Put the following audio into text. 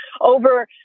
over